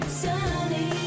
sunny